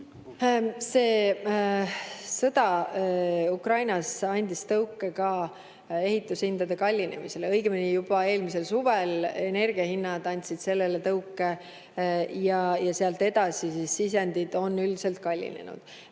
sõda Ukrainas andis tõuke ka ehitushindade kallinemisele, õigemini juba eelmisel suvel energiahinnad andsid sellele tõuke ja sealt edasi sisendid on üldiselt kallinenud.